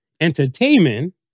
entertainment